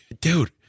dude